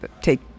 take